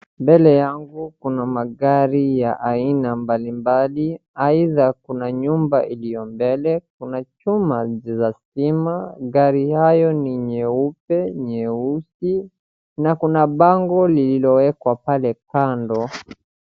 Mbele yangu kuna magari ya aina mbalimbali, aidha kuna nyumba iliyo mbele, kuna chuma za stima, magari hayo ni nyeupe, nyeusi na kuna bango lililowekwa pale kando.